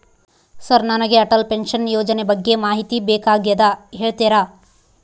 Sir ನನಗೆ Atal pension ಯೋಜನೆ ಬಗ್ಗೆ ಮಾಹಿತಿ ಬೇಕಾಗ್ಯದ ಹೇಳ್ತೇರಾ?